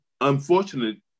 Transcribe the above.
unfortunately